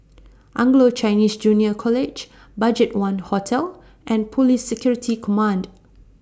Anglo Chinese Junior College BudgetOne Hotel and Police Security Command